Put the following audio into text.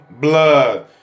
blood